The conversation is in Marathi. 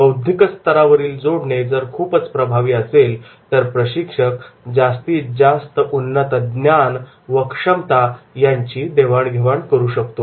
हे बौद्धिकस्तरावरील जोडणे जर खूपच प्रभावी असेल तर प्रशिक्षक जास्तीत जास्त उन्नत ज्ञान व क्षमता यांची देवाणघेवाण करू शकतो